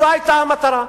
זאת היתה המטרה.